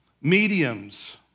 mediums